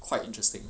quite interesting